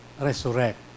resurrect